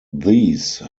these